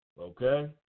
okay